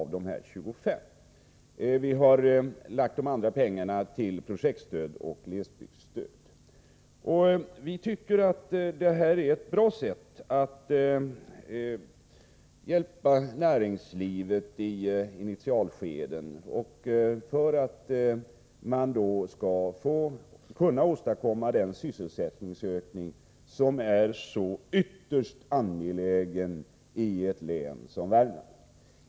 Vi har lagt de Övriga pengarna till projektstöd och glesbygdsstöd. Vi tycker att detta är ett bra sätt att hjälpa näringslivet i initialskeden och för att man skall kunna åstadkomma den sysselsättningsökning som är så ytterst angelägen i ett län som' Värmland.